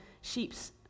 sheep's